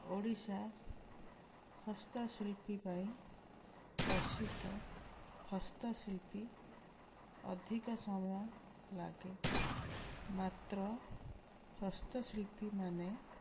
ଓଡ଼ିଶା ହସ୍ତଶିଳ୍ପୀ ପାଇଁ ପ୍ରସିଦ୍ଧ ହସ୍ତଶିଳ୍ପୀ ଅଧିକ ସମୟ ଲାଗେ ମାତ୍ର ହସ୍ତଶିଳ୍ପୀମାନେ